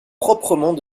proprement